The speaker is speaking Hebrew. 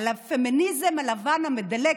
על הפמיניזם הלבן המדלג,